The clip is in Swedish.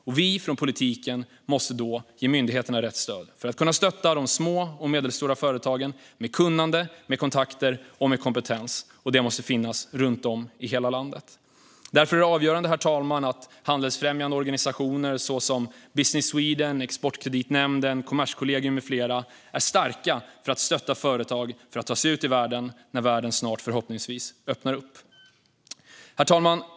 Vi måste från politikens håll ge myndigheterna rätt stöd för att de ska kunna stötta de små och medelstora företagen med kunnande, kontakter och kompetens. Detta måste ske runt om i hela landet. Därför är det avgörande att handelsfrämjande organisationer som Business Sweden, Exportkreditnämnden, Kommerskollegium med flera är starka när det gäller att stötta företag, så att de kan ta sig ut i världen när världen snart förhoppningsvis öppnar upp. Herr talman!